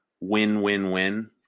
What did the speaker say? win-win-win